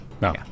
No